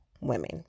women